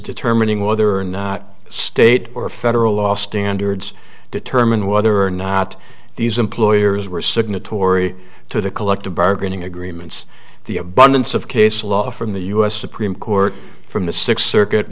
determining whether or not state or federal law standards determine whether or not these employers were signatory to the collective bargaining agreements the abundance of case law from the u s supreme court from the sixth circuit